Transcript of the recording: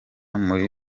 muri